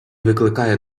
викликає